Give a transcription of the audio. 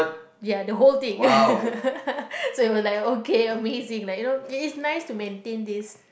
ya the whole thing so it was like okay amazing like you know it's nice to maintain this